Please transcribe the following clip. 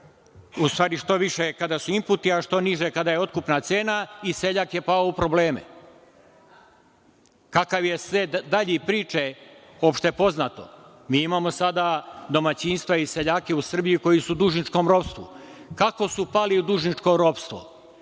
u stvari, što više kada su inputi, a što niže kada je otkupna cena, i seljak je pao u probleme. Kakav je sled dalji priče? Opšte je poznato. Imamo sada domaćinstva i seljake u Srbiji koji su u dužničkom ropstvu. Kako su pali u dužničko ropstvo?